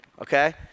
okay